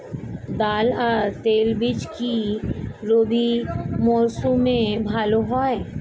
ডাল আর তৈলবীজ কি রবি মরশুমে ভালো হয়?